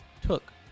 took